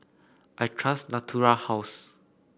I trust Natura House